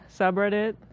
subreddit